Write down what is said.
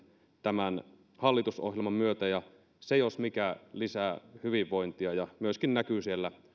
tämän hallitusohjelman myötä ja se jos mikä lisää hyvinvointia ja myöskin näkyy siellä